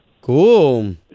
Cool